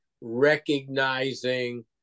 recognizing